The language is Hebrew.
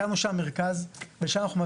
הקמנו שם מרכז ושם אנחנו עושים,